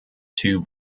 two